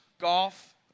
golf